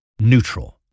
neutral